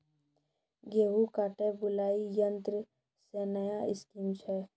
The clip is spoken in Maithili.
गेहूँ काटे बुलाई यंत्र से नया स्कीम छ?